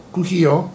Kuhio